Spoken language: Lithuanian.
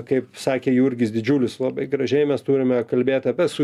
kaip sakė jurgis didžiulis labai gražiai mes turime kalbėti apie su